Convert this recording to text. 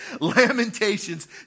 Lamentations